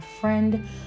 friend